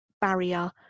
barrier